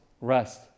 rest